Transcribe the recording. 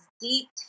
deep